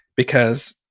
because,